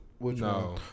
No